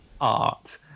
art